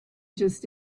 just